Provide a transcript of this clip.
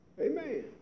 Amen